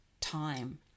time